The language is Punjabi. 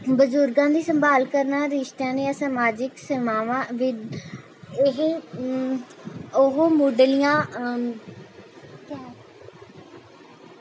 ਬਜ਼ੁਰਗਾਂ ਦੀ ਸੰਭਾਲ ਕਰਨਾ ਰਿਸ਼ਤਿਆਂ ਦੀਆਂ ਸਮਾਜਿਕ ਸੇਵਾਵਾਂ ਇਹ ਉਹ ਮੁੱਢਲੀਆਂ